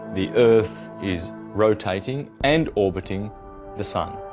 the earth is rotating and orbiting the sun.